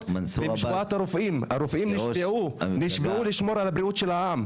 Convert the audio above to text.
הרופאים נשבעו לשמור על בריאות העם.